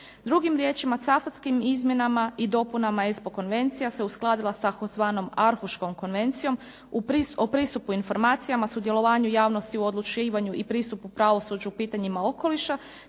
Drugim riječima Cavtatskim izmjenama i dopunama ESPO konvencija se uskladila sa tzv. Arhuškom konvencijom o pristupu informacijama, sudjelovanju javnosti o odlučivanju i pristupu pravosuđu u pitanjima okoliša,